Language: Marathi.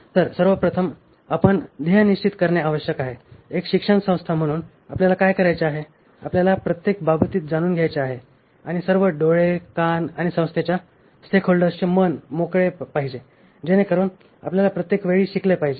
तर सर्व प्रथम येथे आपण ध्येय निश्चित करणे आवश्यक आहे एक शिक्षण संस्था म्हणून आपल्याला काय करायचे आहे आपल्याला प्रत्येक बाबतीत जाणून घ्यायचे आहे आणि सर्व डोळे कान आणि संस्थेच्या स्टेकहोल्डर्सचे मन मोकळे पाहिजे जेणेकरून आपल्याला प्रत्येक वेळी शिकले पाहिजे